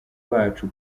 bacu